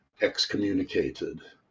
excommunicated